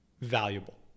valuable